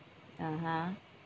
(uh huh)